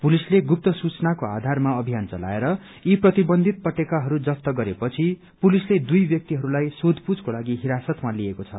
पुलिसले गुप्त सूचनाको आधारमा अभियान चलाएर यी प्रतिबन्धित पटेखाहरू जफ्त गरे पछि पुलिसले दुइ व्यक्तिहरूलाई सोथपूछको लागि हिरासतमा लिएको छ